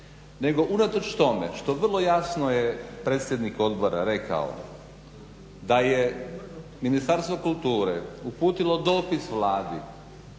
nego unatoč tome što vrlo jasno je predsjednik odbora rekao da je Ministarstvo kulture uputilo dopis Vladi